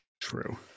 True